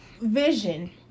...vision